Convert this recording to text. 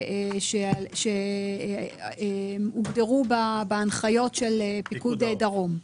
יישובים, שהוגדרו בהנחיות של פיקוד דרום.